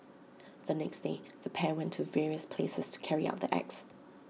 the next day the pair went to various places to carry out the acts